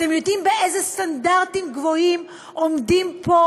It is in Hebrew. אתם יודעים באיזה סטנדרטים גבוהים עומדים פה